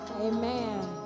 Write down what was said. amen